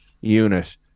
unit